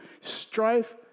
strife